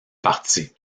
parties